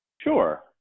Sure